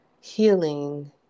healing